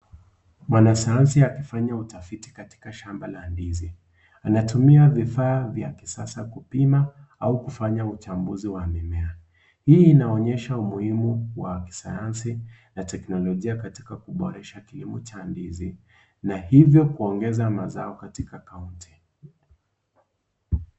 Mwanasayansi akifanya utafiti katika shamba la ndizi anatumia vifaa vya kisasa kupima au kufanya uchambuzi wa mimea. Hii inaonyesha umuhimu wa kisayansi na teknologia katika kuboresha kilimo cha ndizi na hivyo kuongeza mazao katika kaunti.